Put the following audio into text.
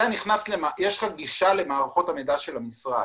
יש לך גישה למערכות המידע של המשרד.